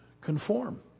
conform